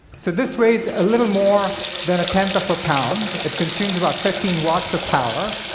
so this weighs a little more than a tenth of a pound. it consumes about fifteen watts of power.